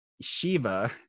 Shiva